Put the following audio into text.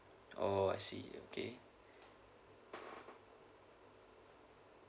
oh I see okay